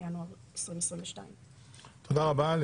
מינואר 2022. אני